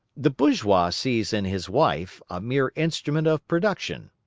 the bourgeois sees in his wife a mere instrument of production.